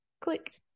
click